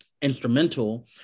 instrumental